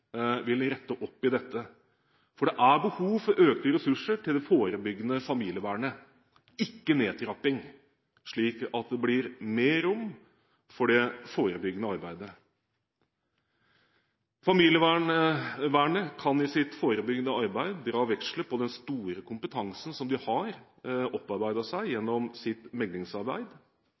vil rette opp dette, for det er behov for økte ressurser til det forebyggende familievernet – ikke nedtrapping – slik at det blir mer rom for det forebyggende arbeidet. Familievernet kan i sitt forebyggende arbeid dra veksler på den store kompetansen de har opparbeidet seg gjennom sitt